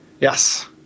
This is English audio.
Yes